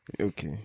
Okay